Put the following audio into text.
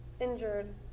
injured